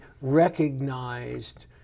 recognized